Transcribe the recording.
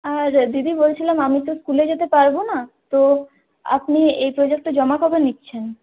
আর দিদি বলছিলাম আমি তো স্কুলে যেতে পারব না তো আপনি এই প্রোজেক্টটা জমা কবে নিচ্ছেন